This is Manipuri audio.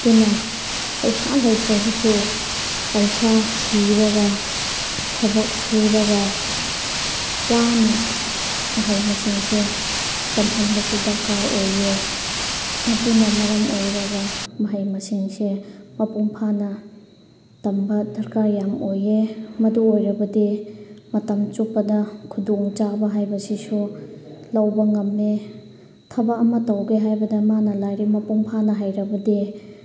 ꯑꯗꯨꯅ ꯄꯩꯁꯥ ꯂꯩꯇ꯭ꯔꯕꯁꯨ ꯄꯩꯁꯥ ꯊꯤꯔꯒ ꯊꯕꯛ ꯁꯨꯔꯒ ꯋꯥꯅ ꯃꯍꯩ ꯃꯁꯤꯡꯁꯦ ꯇꯝꯍꯟꯕꯁꯤ ꯗꯔꯀꯥꯔ ꯑꯣꯏꯌꯦ ꯑꯗꯨꯅ ꯃꯔꯝ ꯑꯣꯏꯔꯒ ꯃꯍꯩ ꯃꯁꯤꯡꯁꯦ ꯃꯄꯨꯡ ꯐꯥꯅ ꯇꯝꯕ ꯗꯔꯀꯥꯔ ꯌꯥꯝ ꯑꯣꯏꯌꯦ ꯃꯗꯨ ꯑꯣꯏꯔꯕꯗꯤ ꯃꯇꯝ ꯆꯨꯞꯄꯗ ꯈꯨꯗꯣꯡꯆꯥꯕ ꯍꯥꯏꯕꯁꯤꯁꯨ ꯂꯧꯕ ꯉꯝꯃꯦ ꯊꯕꯛ ꯑꯃ ꯇꯧꯒꯦ ꯍꯥꯏꯕꯗ ꯃꯥꯅ ꯂꯥꯏꯔꯤꯛ ꯃꯄꯨꯡ ꯐꯥꯅ ꯍꯩꯔꯕꯗꯤ